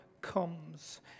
comes